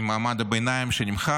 עם מעמד הביניים, שנמחק?